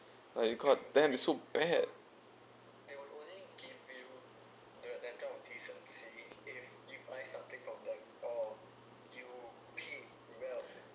like you called that is so bad